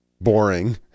boring